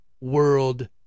world